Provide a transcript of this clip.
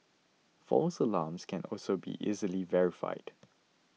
false alarms can also be easily verified